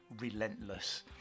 relentless